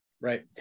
Right